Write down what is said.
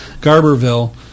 Garberville